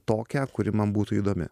tokią kuri man būtų įdomi